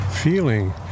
feeling